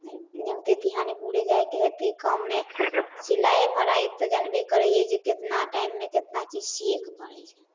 नोते पिहानी पुरै जाइके हइ ताहि काममे सिलाइ फड़ाइ तऽ जानबे करै हिए जे कतना टाइममे कतना चीज सिएके पड़ै छै